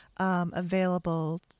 Available